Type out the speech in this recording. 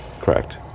Correct